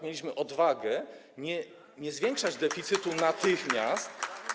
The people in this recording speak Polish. Mieliśmy odwagę nie zwiększać deficytu natychmiast.